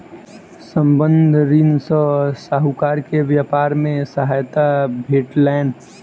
संबंद्ध ऋण सॅ साहूकार के व्यापार मे सहायता भेटलैन